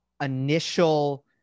initial